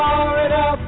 Florida